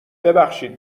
ببخشید